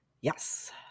Yes